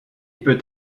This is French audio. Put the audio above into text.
peut